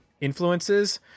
influences